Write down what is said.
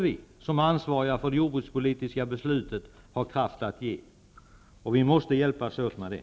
Vi som är ansvariga för det jordbrukspolitiska beslutet måste ha kraft att ge dem ett sådant besked, och vi måste hjälpas åt med det.